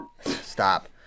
Stop